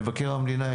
מבקר המדינה,